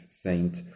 Saint